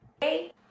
Hey